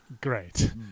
Great